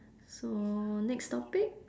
so next topic